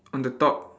on the top